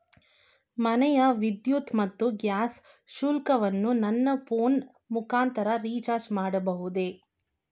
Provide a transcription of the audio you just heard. ಮನೆಯ ವಿದ್ಯುತ್ ಮತ್ತು ಗ್ಯಾಸ್ ಶುಲ್ಕವನ್ನು ನನ್ನ ಫೋನ್ ಮುಖಾಂತರ ರಿಚಾರ್ಜ್ ಮಾಡಬಹುದೇ?